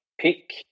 pick